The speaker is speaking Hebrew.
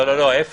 להפך,